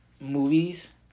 movies